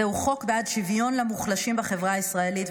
זהו חוק בעד שוויון למוחלשים בחברה הישראלית,